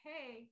Hey